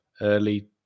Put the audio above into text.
early